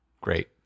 Great